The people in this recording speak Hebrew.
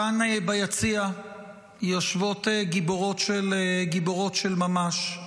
כאן ביציע יושבות גיבורות של ממש: